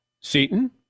Seaton